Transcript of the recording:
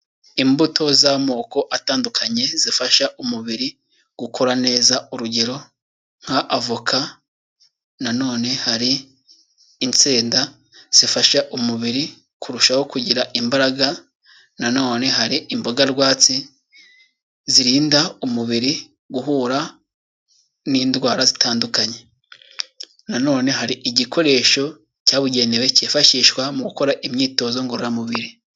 Imbuto z'amoko atandukanye zifasha umubiri gukora neza: urugero nka avoka nanone hari insenda zifasha umubiri kurushaho kugira imbaraga, na none hari imboga rwatsi zirinda umubiri guhura n'indwara zitandukanye, nanone hari igikoresho cyabugenewe cyifashishwa mu gukora imyitozo ngororamubiri.